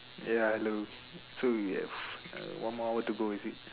ya hello so we have uh one more hour to go is it